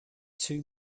two